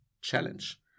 challenge